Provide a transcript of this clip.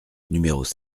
numéros